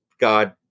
God